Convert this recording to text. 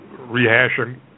rehashing